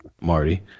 Marty